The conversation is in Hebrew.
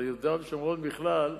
ויהודה ושומרון בכלל,